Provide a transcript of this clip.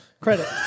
Credit